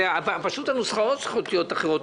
פשוט הנוסחאות צריכות להיות אחרות.